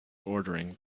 ordering